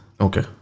Okay